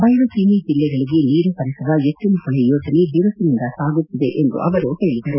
ಬಯಲುಸೀಮೆ ಜಿಲ್ಲೆಗಳಿಗೆ ನೀರು ಹರಿಸುವ ಎತ್ತಿನಹೊಳೆ ಯೋಜನೆ ಬಿರುಸಿನಿಂದ ಸಾಗುತ್ತಿದೆ ಎಂದು ಅವರು ಹೇಳಿದರು